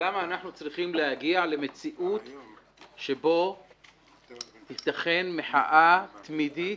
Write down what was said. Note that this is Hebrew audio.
למה אנחנו צריכים להגיע למציאות שבה תיתכן מחאה תמידית